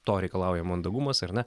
to reikalauja mandagumas ar ne